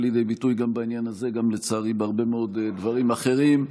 בא לידי ביטוי גם בעניין הזה וגם לצערי בהרבה מאוד דברים אחרים,